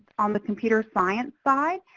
on the computer science side,